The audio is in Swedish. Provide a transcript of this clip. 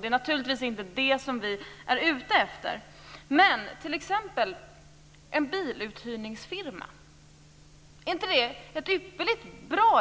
Det är naturligtvis inte det vi är ute efter. Men en biluthyrningsfirma t.ex. är väl ett ypperligt